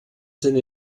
sind